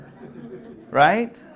right